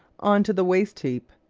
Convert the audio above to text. on to the waste heap.